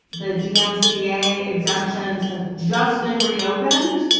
the dmca exemptions have just been reopened.